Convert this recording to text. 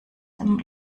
dem